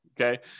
Okay